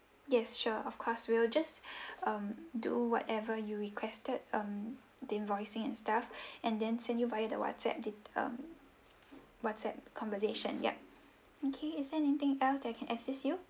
yes sure of course we'll just um do whatever you requested um the invoicing and stuff and then send you via the WhatsApp de~ um WhatsApp conversation ya okay is there anything else that I can assist you